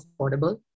affordable